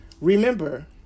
Remember